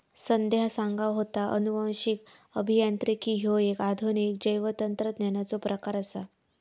संध्या सांगा होता, अनुवांशिक अभियांत्रिकी ह्यो एक आधुनिक जैवतंत्रज्ञानाचो प्रकार आसा